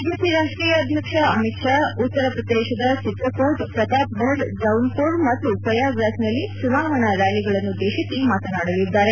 BJP ರಾಷ್ಟೀಯ ಅಧ್ಯಕ್ಷ ಅಮಿತ್ ಷಾ ಉತ್ತರ ಪ್ರದೇಶದ ಚಿತ್ರಕೂಟ್ ಪ್ರತಾಪ್ಗಢ್ ಜೌನ್ಬುರ್ ಮತ್ತು ಪ್ರಯಾಗ್ರಾಜ್ನಲ್ಲಿ ಚುನಾವಣಾ ರ್್ಯಾಲಿಗಳನ್ನುದ್ದೇಶಿ ಮಾತನಾಡಲಿದ್ದಾರೆ